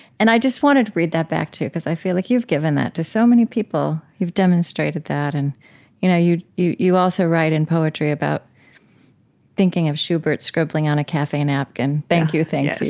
and i just wanted to read that back to you because i feel like you've given that to so many people. you've demonstrated that. and you know you you also write in poetry about thinking of schubert scribbling on a cafe napkin, thank you. thank you.